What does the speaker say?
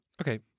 Okay